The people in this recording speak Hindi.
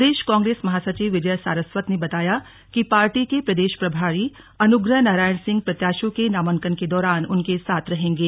प्रदेश कांग्रेस महासचिव विजय सारस्वत ने बताया कि पार्टी के प्रदेश प्रभारी अनुग्रह नारायण सिंह प्रत्याशियों के नामांकन के दौरान उनके साथ रहेंगे